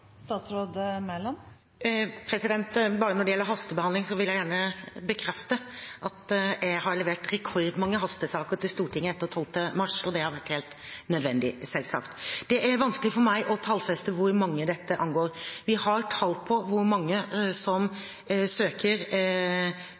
Bare når det gjelder hastebehandling: Jeg vil gjerne bekrefte at jeg har levert rekordmange hastesaker til Stortinget etter 12. mars, og det har vært helt nødvendig, selvsagt. Det er vanskelig for meg å tallfeste hvor mange dette angår. Vi har tall på hvor mange som